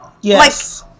yes